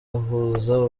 uhuza